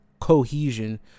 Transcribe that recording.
cohesion